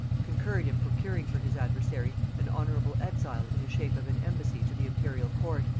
concurred in procuring for his adversary an honorable exile in the shape of an embassy to the imperial court,